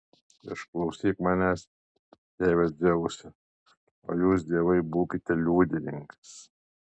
išklausyk manęs tėve dzeuse o jūs dievai būkite liudininkais